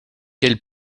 quel